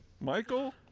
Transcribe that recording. Michael